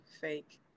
fake